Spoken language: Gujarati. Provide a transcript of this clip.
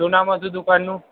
શું નામ હતું દુકાનનું